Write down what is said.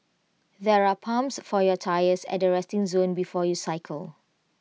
there are pumps for your tyres at the resting zone before you cycle